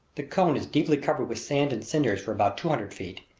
the cone is deeply covered with sand and cinders for about two hundred feet,